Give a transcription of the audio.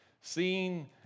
Seeing